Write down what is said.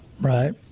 Right